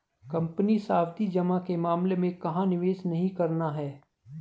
Company सावधि जमा के मामले में कहाँ निवेश नहीं करना है?